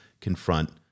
confront